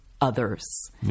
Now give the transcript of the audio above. others